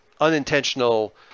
unintentional